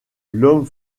l’homme